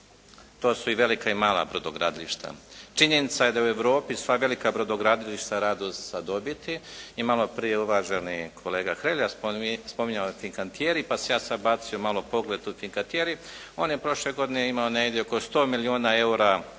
To su i velika i mala brodogradilišta. Činjenica je da u Europi sva velika brodogradilišta rade sa dobiti. I maloprije uvaženi kolega Hrelja spominjao je "Fincantieri" pa sam ja sad bacio malo pogled na "Fincantieri". On je prošle godine imao negdje oko 100 milijuna eura